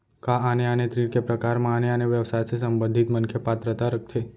का आने आने ऋण के प्रकार म आने आने व्यवसाय से संबंधित मनखे पात्रता रखथे?